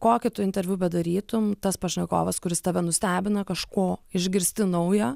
kokį tu interviu bedarytum tas pašnekovas kuris tave nustebina kažko išgirsti nauja